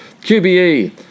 QBE